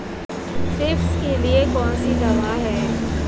Thrips के लिए कौन सी दवा है?